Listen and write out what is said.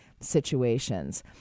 situations